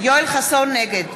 נגד